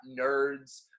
nerds